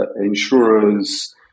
insurers